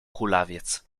kulawiec